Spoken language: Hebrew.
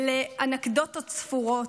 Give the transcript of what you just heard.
ולאנקדוטות ספורות.